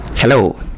hello